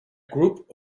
group